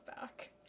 back